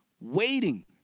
waiting